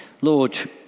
Lord